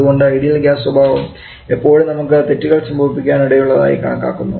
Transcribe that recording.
അതുകൊണ്ട് ideal gas സ്വഭാവം എപ്പോഴും നമുക്ക് തെറ്റുകൾ സംഭവിപ്പിക്കാനിടയുള്ളതായി കണക്കാക്കുന്നു